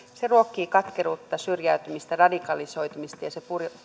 se ruokkii katkeruutta syrjäytymistä radikalisoitumista ja se